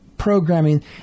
programming